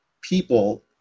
people